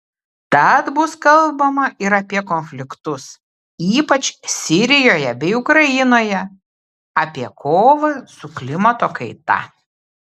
tad bus kalbama ir apie konfliktus ypač sirijoje bei ukrainoje apie kovą su klimato kaita